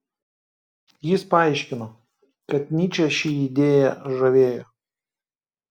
jis paaiškino kad nyčę ši idėja žavėjo